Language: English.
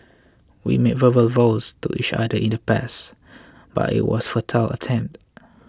we made verbal vows to each other in the past but it was a futile attempt